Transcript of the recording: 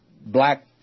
black